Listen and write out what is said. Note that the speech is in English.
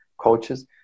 coaches